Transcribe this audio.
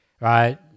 right